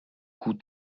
cous